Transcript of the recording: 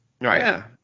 Right